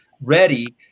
ready